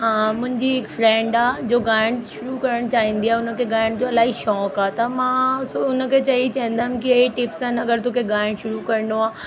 हा मुंहिंजी हिकु फ्रैंड आहे जो ॻाइण शुरू करणु चाहींदी आहे हुनखे ॻाइण जो इलाही शौक़ु आहे त मां हुनखे चई चईंदमि कि इहो ई टिप्स आहिनि अगरि तोखे ॻाइण शुरू करिणो आहे